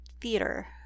theater